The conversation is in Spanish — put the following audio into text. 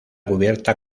cubierta